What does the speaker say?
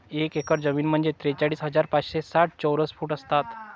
एक एकर जमीन म्हणजे त्रेचाळीस हजार पाचशे साठ चौरस फूट असतात